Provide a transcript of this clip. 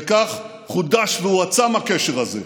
וכך חודש והועצם הקשר הזה,